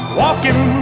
walking